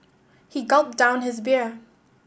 he gulped down his beer